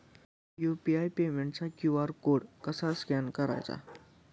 UPI पेमेंटचा QR code कसा scan करायचा?